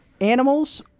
Animals